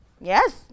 Yes